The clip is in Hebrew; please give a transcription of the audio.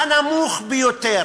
הנמוך ביותר,